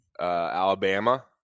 Alabama